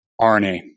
RNA